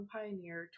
Pioneer